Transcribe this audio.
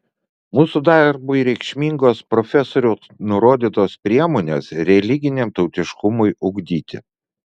mūsų darbui reikšmingos profesoriaus nurodytos priemonės religiniam tautiškumui ugdyti